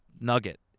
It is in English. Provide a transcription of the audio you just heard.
nugget